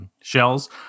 shells